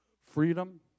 freedom